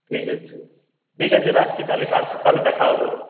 ঠিক আছে ঠিক আছে রাখছি তাহলে কাল সকালে দেখা হবে